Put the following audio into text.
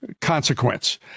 consequence